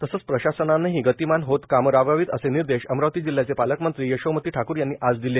तसच प्रशासनानेही गतिमान होत कामे राबवावीत असे निर्देश अमरावती जिल्ह्याचे पालकमंत्री यशोमती ठाकूर यांनी आज येथे दिले